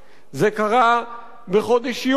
זה קרה בחודש יוני,